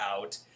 out